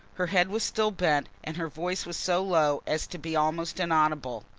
her head was still bent and her voice was so low as to be almost inaudible.